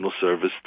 service